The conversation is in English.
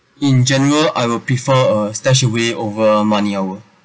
in general I will prefer uh StashAway over money hour